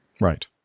right